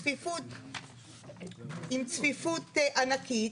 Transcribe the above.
עם צפיפות ענקית.